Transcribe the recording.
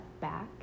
back